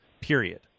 period